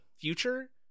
future